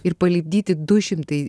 ir palipdyti du šimtai